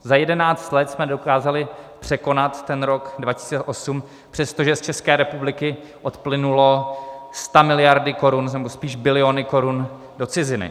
Za 11 let jsme nedokázali překonat rok 2008, přestože z České republiky odplynuly stamiliardy korun, nebo spíš biliony korun, do ciziny.